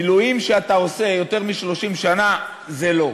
מילואים שאתה עושה יותר מ-30 שנה זה לא.